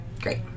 great